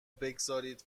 بگذارید